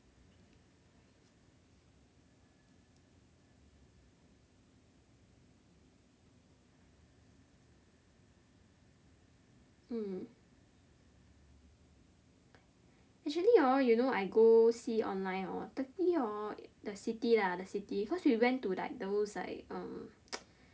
mm actually hor you know I go see online hor Turkey hor the city lah the city cause we went to like those like uh